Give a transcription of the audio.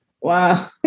Wow